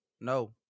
no